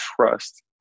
trust